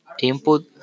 input